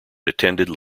attended